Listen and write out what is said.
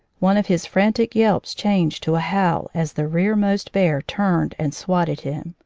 one of his frantic yelps changed to a howl as the rear most bear turned and swatted him.